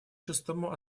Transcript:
шестому